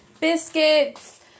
biscuits